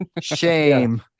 Shame